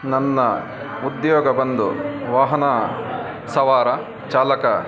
ನನ್ನ ಉದ್ಯೋಗ ಬಂದು ವಾಹನ ಸವಾರ ಚಾಲಕ